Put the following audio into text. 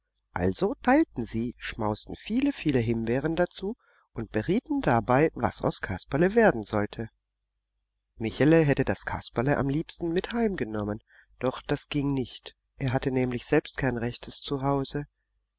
also teilten sie schmausten viele viele himbeeren dazu und berieten dabei was aus kasperle werden sollte michele hätte das kasperle am liebsten mit heimgenommen doch das ging nicht er hatte nämlich selbst kein rechtes